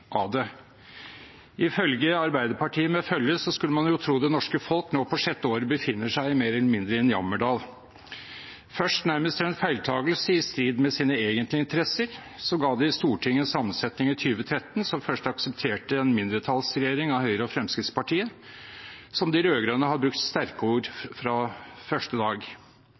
Ifølge Arbeiderpartiet med følge skulle man tro det norske folket nå på sjette året befinner seg mer eller mindre i en jammerdal. Først, nærmest ved en feiltagelse og i strid med sine egentlige interesser, ga de Stortinget en sammensetning i 2013 som først aksepterte en mindretallsregjering bestående av Høyre og Fremskrittspartiet, som de rød-grønne har brukt sterke ord om fra første dag.